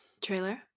trailer